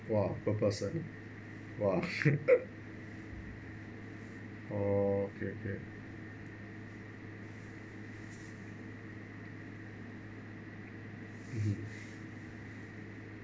!wah! purpose ah !wah! orh okay okay